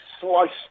sliced